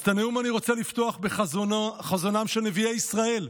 אז את הנאום אני רוצה לפתוח בחזונם של נביאי ישראל.